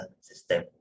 system